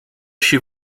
się